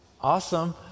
awesome